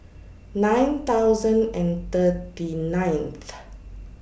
nine thousand and thirty nineth